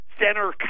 center